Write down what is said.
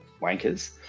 wankers